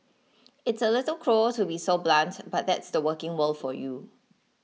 it's a little cruel to be so blunt but that's the working world for you